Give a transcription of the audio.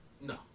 no